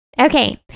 Okay